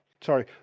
sorry